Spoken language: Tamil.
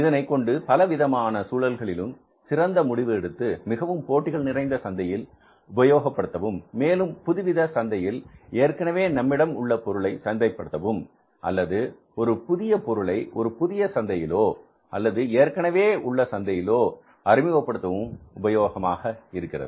இதனை கொண்டு பல விதமான சூழ்நிலைகளில் சிறந்த முடிவு எடுத்து மிகவும் போட்டிகள் நிறைந்த சந்தையில் உபயோகப்படுத்தவும்மேலும் புதுவித சந்தையில் ஏற்கனவே நம்மிடம் இருக்கும் பொருளை சந்தைப் படுத்தவும் அல்லது ஒரு புதிய பொருளை ஒரு புதிய சந்தையிலோ அல்லது ஏற்கனவே உள்ள சந்தையிலோ அறிமுகப்படுத்தவும் உபயோகமாக இருக்கிறது